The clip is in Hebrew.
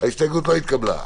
הצבעה ההסתייגות לא התקבלה.